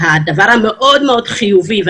הדבר המאוד מאוד חיובי שיש לנו עכשיו,